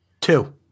Two